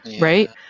right